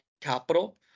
capital